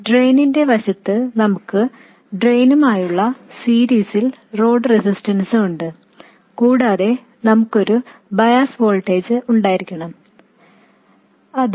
ഡ്രെയിനിന്റെ വശത്ത് നമുക്ക് ഡ്രെയിനുമായുള്ള സീരീസിൽ ലോഡ് റെസിസ്റ്റൻസ് ഉണ്ട് കൂടാതെ നമുക്ക് ഒരു ബയാസ് വോൾട്ടേജ് ഉണ്ടായിരിക്കണം അത് VDS0 plus operating point current ഗുണിക്കണം R L ആണ്